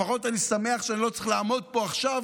לפחות אני שמח שאני לא צריך לעמוד פה עכשיו,